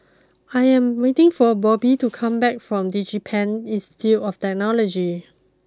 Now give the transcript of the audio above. I am waiting for Bobbye to come back from DigiPen Institute of Technology